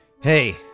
Hey